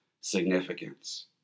significance